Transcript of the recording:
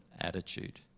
attitude